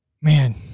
man